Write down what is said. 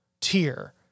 tier